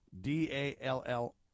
D-A-L-L